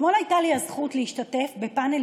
אתמול הייתה לי הזכות להשתתף בפאנל